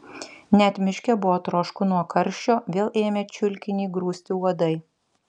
net miške buvo trošku nuo karščio vėl ėmė čiulkinį grūsti uodai